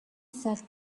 sat